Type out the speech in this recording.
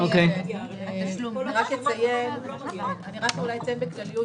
אני אציין באופן כללי,